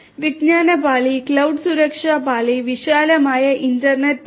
വിജ്ഞാന പാളി ക്ലൌഡ് സുരക്ഷാ പാളി വിശാലമായ ഇന്റർനെറ്റ് പാളി